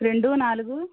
రెండు నాలుగు